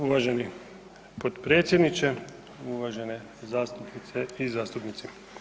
Uvaženi potpredsjedniče, uvažene zastupnice i zastupnici.